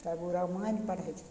तब उ रामायण पढ़य छथिन